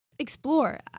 explore